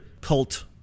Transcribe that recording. cult